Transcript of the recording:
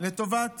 לטובת